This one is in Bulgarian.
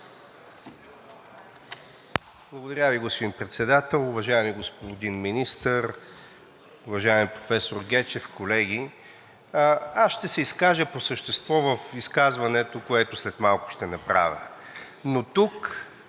Благодаря Ви, господин Председател. Уважаеми господин Министър, уважаеми професор Гечев, колеги! Аз ще се изкажа по същество в изказването, което след малко ще направя, но тук